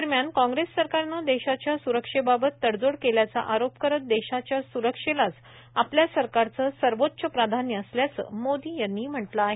दरम्यान काँग्रेस सरकारनं देशाच्या स्रक्षेबाबत तडजोड केल्याचा आरोप करत देशाच्या स्रक्षेलाच आपल्या सरकारचं सर्वोच्च प्राधान्य असल्याचं मोदी यांनी म्हटलं आहे